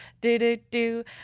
do-do-do